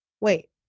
Wait